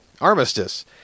armistice